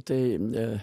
tai ne